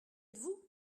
vous